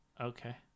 okay